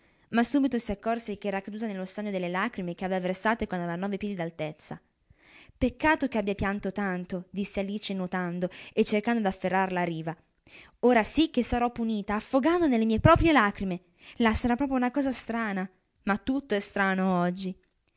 ma subito si accorse ch'era caduta nello stagno delle lagrime che avea versate quando aveva nove piedi d'altezza peccato ch'io abbia pianto tanto disse alice nuotando e cercando d'afferrar la riva ora sì che sarò punita affogando nelle mie proprie lagrime la sarà proprio una cosa strana ma tutto è strano oggi